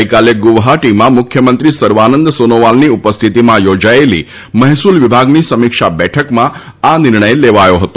ગઈકાલે ગુવાહાટીમાં મુખ્યમંત્રી સર્વાનંદ સોનોવાલની ઉપસ્થિતિમાં યોજાયેલી મહેસુલ વિભાગની સમિક્ષા બેઠકમાં આ નિર્ણય લેવાયો હતો